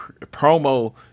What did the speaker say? promo